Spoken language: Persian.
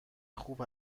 خوب